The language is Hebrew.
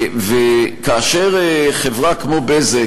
וכאשר חברה כמו "בזק",